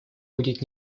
будет